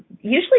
usually